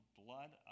blood